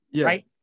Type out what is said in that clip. right